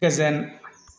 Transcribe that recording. गोजोन